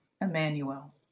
Emmanuel